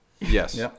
Yes